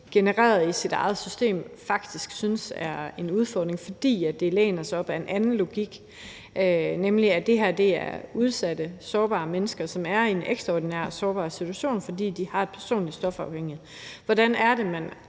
system med sin egen logik faktisk synes er en udfordring, fordi det læner sig op ad en anden logik, nemlig at det her er udsatte, sårbare mennesker, som er i en ekstraordinært sårbar situation, fordi de har en personlig stofafhængighed. Hvordan er det, man